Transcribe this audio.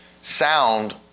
sound